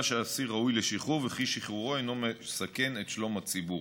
שהאסיר ראוי לשחרור וששחרורו אינו מסכן את שלום הציבור.